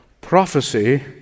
prophecy